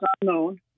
unknown